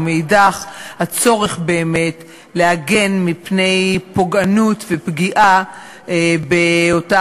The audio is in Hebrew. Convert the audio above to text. ומאידך גיסא הצורך באמת להגן מפני פוגענות ופגיעה באותה